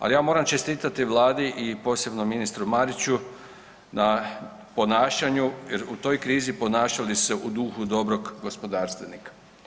Alija moram čestitati Vladi i posebno ministru Mariću na ponašanju, jer u toj krizi ponašali su se u duhu dobrog gospodarstvenika.